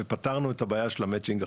ופתרנו את הבעיה של המצ'ינג החברתי,